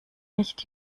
nicht